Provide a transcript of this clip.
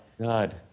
god